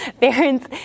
parents